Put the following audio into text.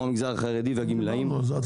המגזר החרדי והגמלאים שזקוקים לשירותים האלה.